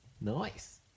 Nice